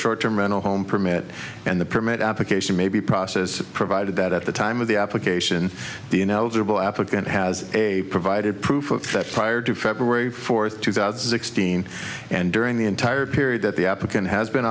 short term rental home permit and the permit application may be process provided that at the time of the application the ineligible applicant has a provided proof that prior to february fourth two thousand sixteen and during the entire period that the applicant has been